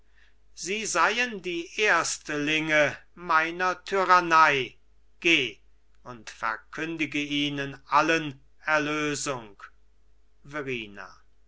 sie seien die erstlinge meiner tyrannei geh und verkündige ihnen allen erlösung